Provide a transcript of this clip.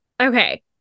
Okay